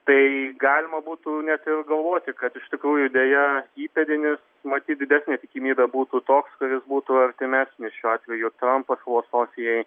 tai galima būtų net ir galvoti kad iš tikrųjų deja įpėdinis matyt didesnė tikimybė būtų toks kuris būtų artimesnis šiuo atveju trampo filosofijai